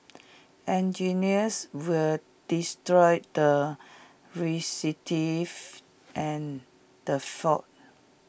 engineers were destroyed and the fault